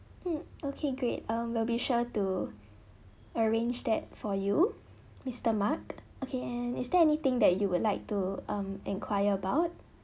mm okay great um we'll be sure to arrange that for you mister mark okay and is there anything that you would like to um enquire about